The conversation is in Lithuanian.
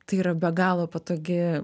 tai yra be galo patogi